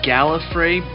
Gallifrey